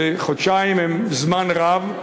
חודשיים הם זמן רב,